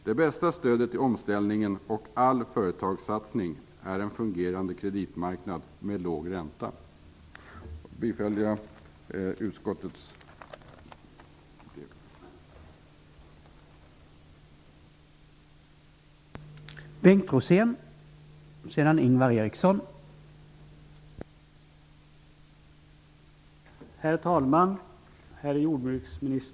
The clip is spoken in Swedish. Det bästa stödet vid omställningen och i all företagssatsning är en fungerande kreditmarknad med låg ränta. Jag yrkar bifall till utskottets hemställan.